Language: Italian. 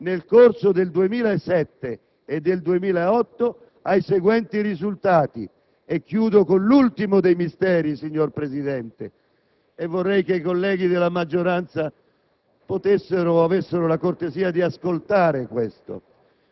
a partire dai dati consuntivi del 2006, nel corso del 2007 e del 2008, ad alcuni risultati. Concludo con l'ultimo dei misteri, signor Presidente, e vorrei che i colleghi della maggioranza